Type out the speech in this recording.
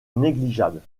négligeables